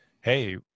hey